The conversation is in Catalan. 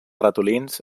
ratolins